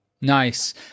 Nice